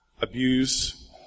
abuse